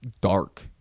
dark